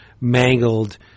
mangled